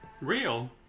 real